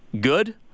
good